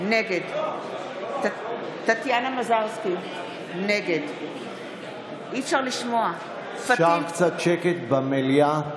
נגד טטיאנה מזרסקי, נגד אפשר קצת שקט במליאה?